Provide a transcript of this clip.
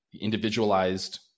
individualized